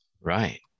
Right